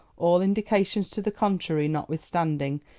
all indications to the contrary notwithstanding,